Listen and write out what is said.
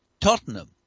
Tottenham